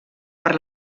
per